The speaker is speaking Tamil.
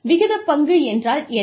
விகிதப் பங்கு என்றால் என்ன